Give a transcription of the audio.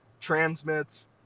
Transmits